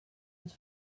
ens